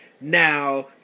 Now